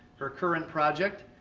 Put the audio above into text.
her current project,